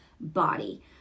body